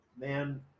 Man